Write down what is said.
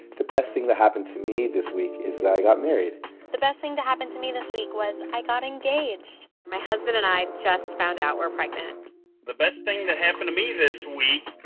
the best thing that happened to me this week is that i got married the best thing to happen to me this week was i got engaged my husband and i just found out we're pregnant the best thing that happened to me this week,